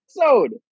episode